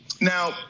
Now